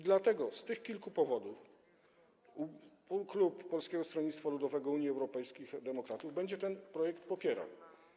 Dlatego, z tych kilku powodów klub Polskiego Stronnictwa Ludowego - Unii Europejskich Demokratów będzie ten projekt popierał.